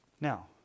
Now